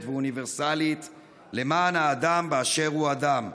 ואוניברסלית למען האדם באשר הוא אדם,